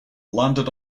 landed